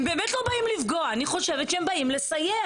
הם באמת לא באים לפגוע, אני חושבת שהם באים לסייע.